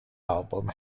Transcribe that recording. album